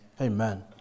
Amen